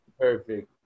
Perfect